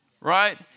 Right